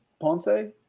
Ponce